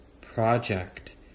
project